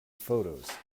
photos